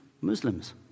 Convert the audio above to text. Muslims